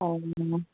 ꯑꯣ